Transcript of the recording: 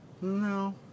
No